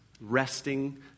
resting